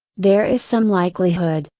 there is some likelihood,